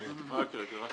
בקשתך נרשמה.